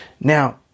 Now